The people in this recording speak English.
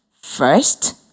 First